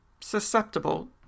susceptible